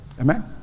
Amen